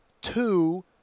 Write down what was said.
two